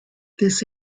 this